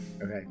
okay